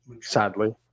Sadly